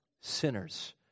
sinners